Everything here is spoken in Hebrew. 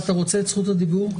אתה רוצה את זכות הדיבור?